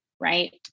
Right